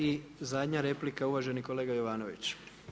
I zadnja replika uvaženi kolega Jovanović.